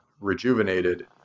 rejuvenated